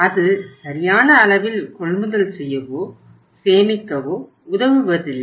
அது சரியான அளவில் கொள்முதல் செய்யவோ சேமிக்கவோ உதவுவதில்லை